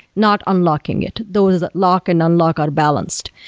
not unlocking it. those lock and unlock are balanced.